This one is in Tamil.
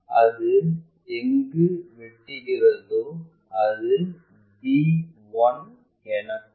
அது எங்கு வெட்டி கிறதோ அது b1 எனப்படும்